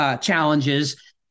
challenges